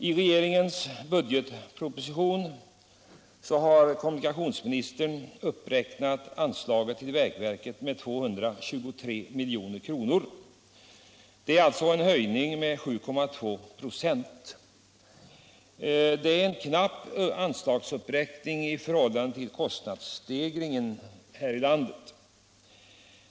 I regeringens budgetproposition har kommunikationsministern räknat upp anslaget till vägverket med 223 milj.kr., en höjning med 7,2 26. Det är en knapp anslagsuppräkning i förhållande till kostnadsstegringen i landet.